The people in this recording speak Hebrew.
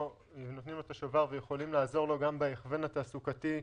עוזרים לו בהכוון התעסוקתי.